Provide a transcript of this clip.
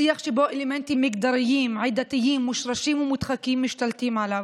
שיח שאלמנטים מגדריים ועדתיים מושרשים ומודחקים משתלטים עליו.